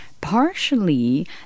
partially